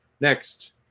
Next